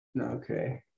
Okay